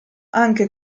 anche